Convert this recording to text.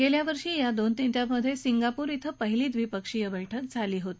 गेल्यावर्षी या दोन नेत्यांमध्ये सिंगापूर क्वें पहिली द्विपक्षीय बैठक झाली होती